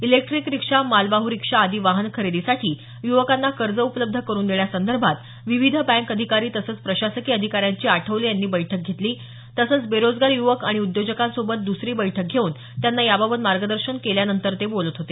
electric rickshaw मालवाहू rickshaw आदी वाहन खरेदीसाठी युवकांना कर्ज उपलब्ध करून देण्यासंदर्भात विविध बँक अधिकारी तसंच प्रशासकीय अधिकाऱ्यांची आठवले यांनी बैठक घेतली तसंच बेरोजगार युवक आणि उद्योजकांसोबत दुसरी बैठक घेऊन त्यांना याबाबत मार्गदर्शन केल्यानंतर ते बोलत होते